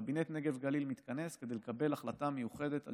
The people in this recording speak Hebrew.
קבינט נגב-גליל מתכנס כדי לקבל החלטה מיוחדת על